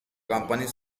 companies